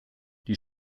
die